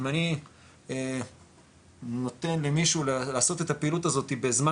אם אני נותן למישהו לעשות את הפעילות הזאת בזמן